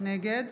נגד